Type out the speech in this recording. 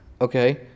Okay